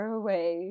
away